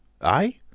I